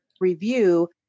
review